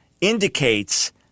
indicates